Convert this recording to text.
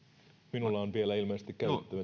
minulla on vielä ilmeisesti